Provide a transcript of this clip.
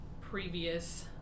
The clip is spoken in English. previous